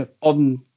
on